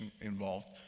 involved